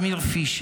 רס"ל אמיר פישר,